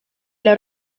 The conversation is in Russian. для